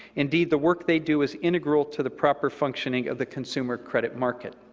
indeed, the work they do is integral to the proper functioning of the consumer credit market.